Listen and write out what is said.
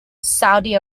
saudi